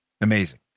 Amazing